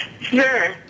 Sure